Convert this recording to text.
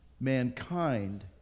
Mankind